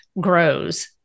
grows